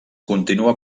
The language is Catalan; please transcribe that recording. continua